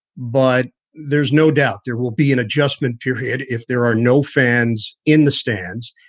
but there's no doubt there will be an adjustment period if there are no fans in the stands,